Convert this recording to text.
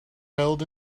held